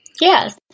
Yes